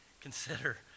consider